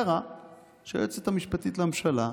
קרה שהיועצת המשפטית לממשלה,